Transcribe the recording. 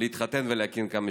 להתחתן ולהקים כאן משפחה.